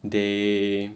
they